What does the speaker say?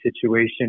situation